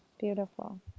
Beautiful